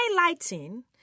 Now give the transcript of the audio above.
highlighting